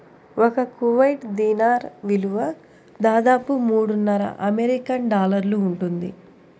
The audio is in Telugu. ఒక కువైట్ దీనార్ విలువ దాదాపు మూడున్నర అమెరికన్ డాలర్లు ఉంటుంది